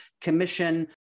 commission